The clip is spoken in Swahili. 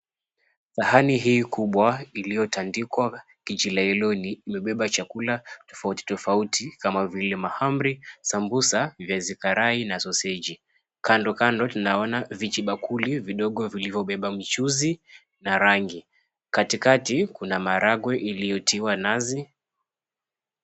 Sahani hii kubwa iliyotandikwa kijilailoni limebeba chakula tofauti tofauti kama vile mahamri, sambusa, viazi karai na soseji kando kando tunaona vijibakuli vidogo vilivyobeba mchuzi na rangi katikati kuna maragwe iliyotiwa nazi.